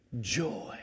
joy